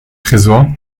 tresor